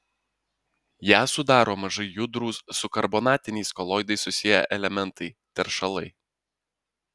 ją sudaro mažai judrūs su karbonatiniais koloidais susiję elementai teršalai